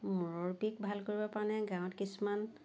মূৰৰ বিষ ভাল কৰিবৰ কাৰণে গাঁৱত কিছুমান